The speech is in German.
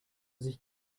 sich